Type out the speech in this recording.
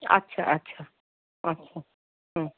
আচ্ছা আচ্ছা আচ্ছা হুম